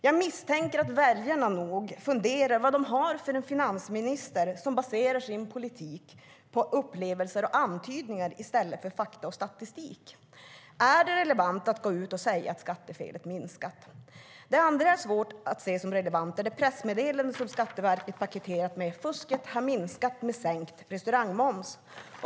Jag misstänker att väljarna nog funderar på vad de har för en finansminister som baserar sin politik på upplevelser och antydningar i stället för fakta och statistik. Är det relevant att gå ut och säga att skattefelet minskat? Det andra som jag har svårt att se som relevant är det pressmedlande som Skatteverket har gått ut med och som har rubriken: Fusket har minskat med sänkt restaurangmoms .